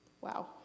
Wow